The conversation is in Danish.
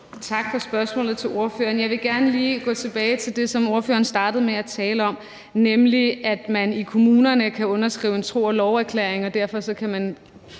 for spørgsmålet. Jeg vil gerne lige gå tilbage til det, som ordføreren startede med at tale om, nemlig at man i kommunerne kan underskrive en tro og love-erklæring, og derfor kan man